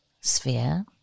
sphere